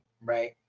right